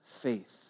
faith